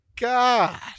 God